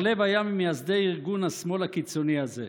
בר לב היה ממייסדי ארגון השמאל הקיצוני הזה.